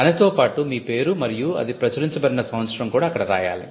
దానితో పాటు మీ పేరు మరియు అది ప్రచురించబడిన సంవత్సరం కూడా అక్కడ రాయాలి